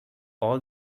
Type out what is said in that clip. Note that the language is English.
all